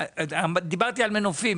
דיברתי על מנופים,